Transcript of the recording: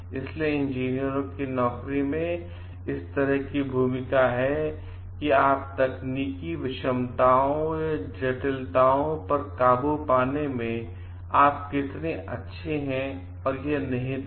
इसलिए इंजीनियरों की नौकरी में इस तरह की भूमिका है कि आप तकनीकी विषमताओंजटिलताओं पर काबू पाने में आप कितने अच्छे हैं यह निहित है